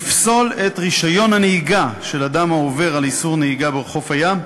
לפסול את רישיון הנהיגה של אדם העובר על איסור נהיגה בחוף הים,